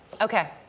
Okay